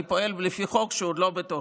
אני פועל לפי חוק שהוא עוד לא בתוקף.